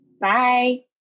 Bye